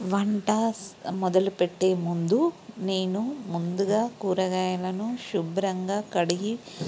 వంట స్ మొదలుపెట్టే ముందు నేను ముందుగా కూరగాయలను శుభ్రంగా కడిగి